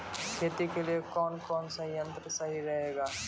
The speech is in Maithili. खेती के लिए कौन कौन संयंत्र सही रहेगा?